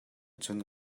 cun